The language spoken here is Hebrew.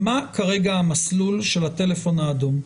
מה כרגע המסלול של הטלפון האדום?